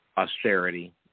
austerity